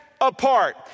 apart